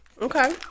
Okay